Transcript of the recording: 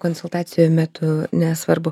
konsultacijų metu nesvarbu